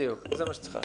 בדיוק, זה מה שצריך לעשות.